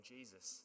Jesus